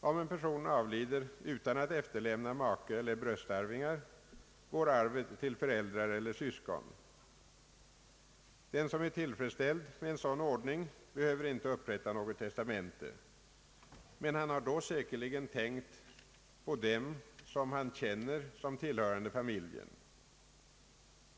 Om en person avlider utan att efterlämna make eller bröstarvingar går arvet till föräldrar eller syskon. Den som är tillfredsställd med en sådan ordning behöver inte upprätta något testamente. Men han har då säkerligen tänkt på dem som han känner som tillhörande familjen.